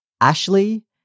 Ashley